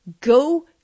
go